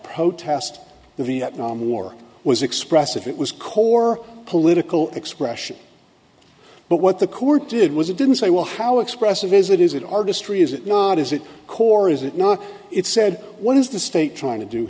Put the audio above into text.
protest the vietnam war was expressive it was core political expression but what the court did was it didn't say well how expressive is it is it artistry is it not is it core is it not it said what is the state trying to do